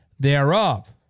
thereof